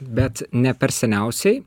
bet ne per seniausiai